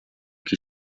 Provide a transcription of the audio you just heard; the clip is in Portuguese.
que